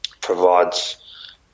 provides